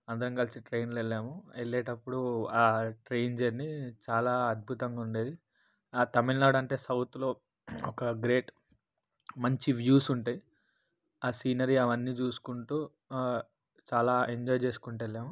అందరం కలిసి ట్రైన్లో వెళ్ళాము వెళ్ళేటప్పుడు ట్రైన్ జర్నీ చాలా అద్భుతంగా ఉండేది తమిళనాడంటే సౌతులో ఒక గ్రేట్ మంచి వ్యూసుంటయి సీనరీ అవన్నీ జూసుకుంటూ చాలా ఎంజాయ్ చేసుకుంటెళ్ళాము